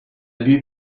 abus